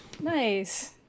nice